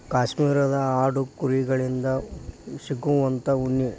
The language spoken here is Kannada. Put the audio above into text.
ಕಾಶ್ಮೇರದ ಆಡು ಕುರಿ ಗಳಿಂದ ಸಿಗುವಂತಾ ಉಣ್ಣಿ